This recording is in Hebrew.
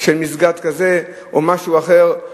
של מסגד כזה או משהו אחר.